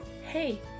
Hey